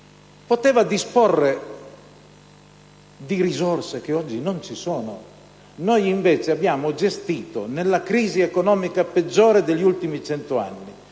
poteva disporre di risorse che oggi non ci sono. Noi invece, nella crisi economica peggiore degli ultimi cento anni,